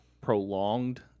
prolonged